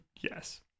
Yes